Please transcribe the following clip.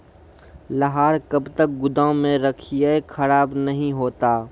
लहार कब तक गुदाम मे रखिए खराब नहीं होता?